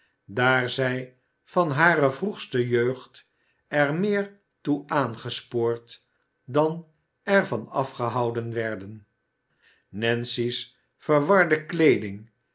daar zij van hare vroegste jeugd er meer toe aangespoord dan er van afgehouden werden nancy's verwarde kleeding